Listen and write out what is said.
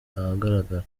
ahagaragara